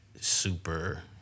super